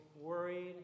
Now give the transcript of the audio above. worried